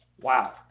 Wow